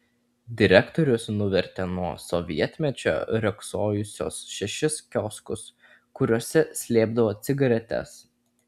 direktorius nuvertė nuo sovietmečio riogsojusius šešis kioskus kuriuose slėpdavo cigaretes